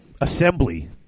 assembly